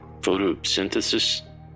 photosynthesis